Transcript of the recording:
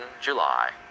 july